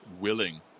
willing